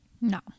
No